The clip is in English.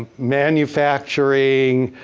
manufacturing.